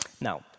Now